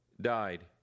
died